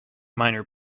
minor